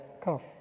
cough